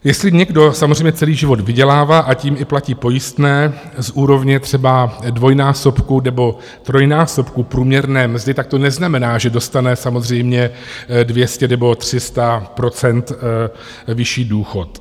Jestli někdo samozřejmě celý život vydělává a tím i platí pojistné z úrovně třeba dvojnásobku nebo trojnásobku průměrné mzdy, tak to neznamená, že dostane samozřejmě 200 nebo 300 % vyšší důchod.